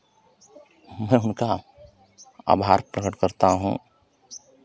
मैं उनका आभार प्रकट करता हूँ